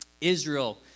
Israel